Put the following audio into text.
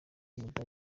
w’umudage